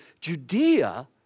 Judea